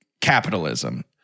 capitalism